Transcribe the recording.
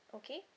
okay